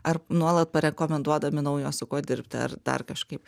ar nuolat parekomenduodami naujo su kuo dirbti ar dar kažkaip